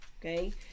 Okay